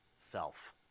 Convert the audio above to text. self